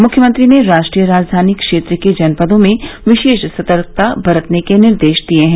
मुख्यमंत्री ने राष्ट्रीय राजधानी क्षेत्र के जनपदों में विशेष सतर्कता बरतने के निर्देश दिए हैं